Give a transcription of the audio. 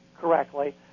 correctly